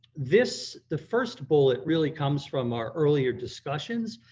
this, the first bullet, really comes from our earlier discussions,